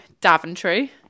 Daventry